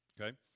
Okay